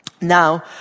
Now